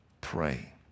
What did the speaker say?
pray